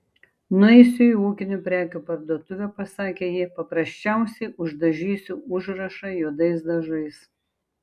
nueisiu į ūkinių prekių parduotuvę pasakė ji paprasčiausiai uždažysiu užrašą juodais dažais